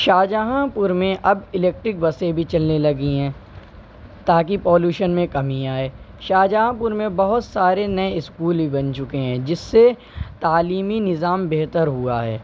شاہ جہاں پور میں اب الیکٹرک بسیں بھی چلنے لگی ہیں تاکہ پولیوشن میں کمی آئے شاہ جہاں پور میں بہت سارے نئے اسکول بھی بن چکے ہیں جس سے تعلیمی نظام بہتر ہوا ہے